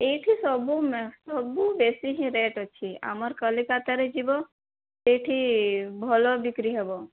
ଏଇଠି ସବୁ ମା ସବୁ ବେଶୀ ହିଁ ରେଟ୍ ଅଛି ଆମର କଲିକତାରେ ଯିବ ସେଇଠି ଭଲ ବିକ୍ରି ହେବ